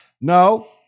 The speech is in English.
No